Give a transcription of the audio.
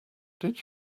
did